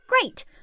Great